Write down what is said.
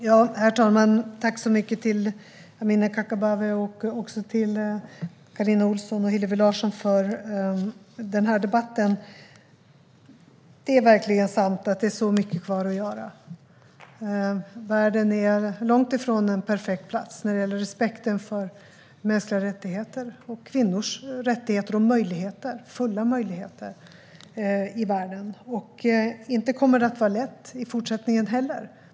Herr talman! Jag tackar Amineh Kakabaveh, Carina Ohlsson och Hillevi Larsson för denna debatt. Det är sant att det finns väldigt mycket kvar att göra. Världen är långt ifrån en perfekt plats när det gäller respekten för mänskliga rättigheter och kvinnors rättigheter och möjligheter - deras fulla möjligheter. Det kommer inte att vara lätt i fortsättningen heller.